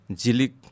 jilik